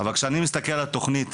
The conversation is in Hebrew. אבל כשאני מסתכל על תוכנית